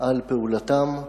על פעולתם,